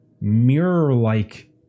mirror-like